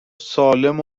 سالم